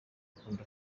akunda